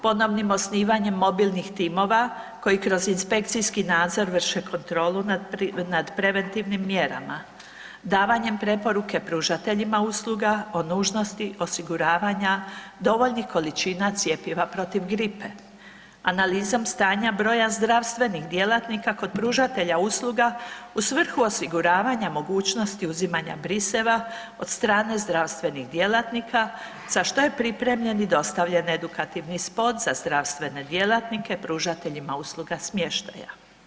Ponovnim osnivanjem mobilnih timova koji kroz inspekcijski nadzor vrše kontrolu nad preventivnim mjerama, davanjem preporuke pružateljima usluga o nužnosti osiguravanja dovoljnih količina cjepiva protiv gripe, analizom stanja broja zdravstvenih djelatnika kod pružatelja usluga u svrhu osiguravanja mogućnosti uzimanja briseva od strane zdravstvenih djelatnika za što je pripremljen i dostavljen edukativni spot za zdravstvene djelatnike pružateljima usluga smještaja.